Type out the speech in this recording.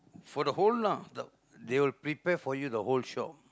for the whole lah the they will prepare for you the whole shop